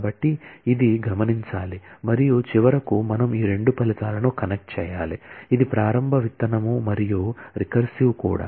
కాబట్టి ఇది గమనించాలి మరియు చివరకు మనం ఈ రెండు ఫలితాలను కనెక్ట్ చేయాలి ఇది ప్రారంభ విత్తనం మరియు రికర్సివ్ కూడా